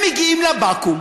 הם מגיעים לבקו"ם,